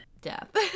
death